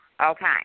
Okay